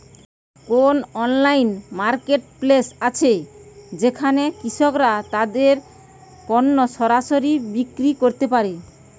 কোন online marketplace আছে যেখানে কৃষকরা তাদের পণ্য সরাসরি বিক্রি করতে পারে?